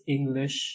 English